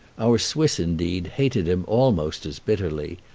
our swiss, indeed, hated him almost as bitterly.